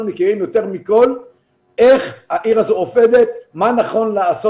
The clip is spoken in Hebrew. מכירים יותר מכל איך העיר הזו עובדת ומה נכון לה.